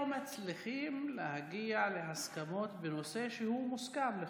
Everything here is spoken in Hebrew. לא מצליחים להגיע להסכמות בנושא שהוא מוסכם לכאורה.